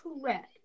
correct